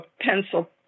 pencil